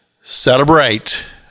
celebrate